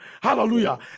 hallelujah